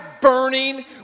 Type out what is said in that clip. burning